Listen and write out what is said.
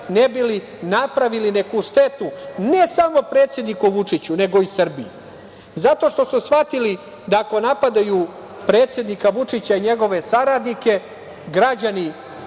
ne bi li napravili neku štetu ne samo predsedniku Vučiću, nego i Srbiji. Zato što su shvatili da ako napadaju predsednika Vučića i njegove saradnike građani